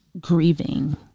grieving